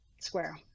square